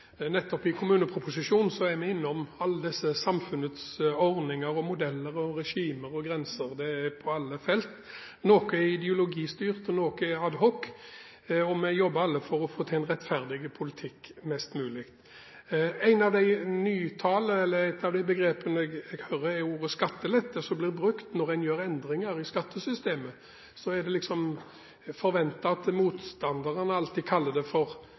innom alle samfunnets ordninger, modeller, regimer og grenser på alle felt. Noe er ideologistyrt, og noe er ad hoc. Vi jobber alle for å få til en mest mulig rettferdig politikk. Et av de begrepene jeg hører, er ordet skattelette, som blir brukt når man gjør endringer i skattesystemet. Det er forventet at motstanderen alltid kaller det for